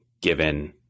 given